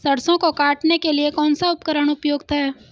सरसों को काटने के लिये कौन सा उपकरण उपयुक्त है?